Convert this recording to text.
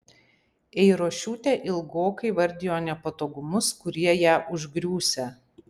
eirošiūtė ilgokai vardijo nepatogumus kurie ją užgriūsią